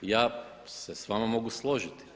Ja se s vama mogu složiti.